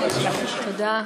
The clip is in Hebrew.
תודה,